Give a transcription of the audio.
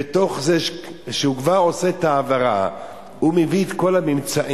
בתוך זה שהוא כבר עושה את ההעברה הוא מביא את הממצאים,